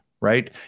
right